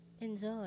enjoy